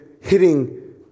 hitting